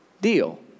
deal